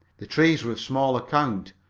the trees were of small account,